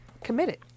committed